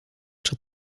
czy